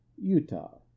Utah